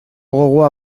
gogoa